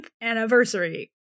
anniversary